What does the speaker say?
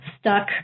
stuck